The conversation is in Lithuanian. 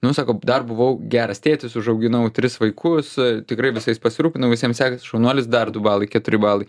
nu sakau dar buvau geras tėtis užauginau tris vaikus tikrai visais pasirūpinau visiem sekasi šaunuolis dar du balai keturi balai